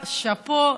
שאפו.